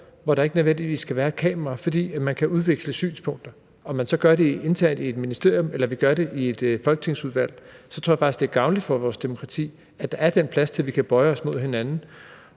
hvor der ikke nødvendigvis skal være et kamera, fordi man kan udveksle synspunkter. Uanset om man gør det internt i et ministerium eller vil gøre det i et folketingsudvalg, tror jeg faktisk, det er gavnligt for vores demokrati, at der er den plads til, at vi kan bøje os mod hinanden,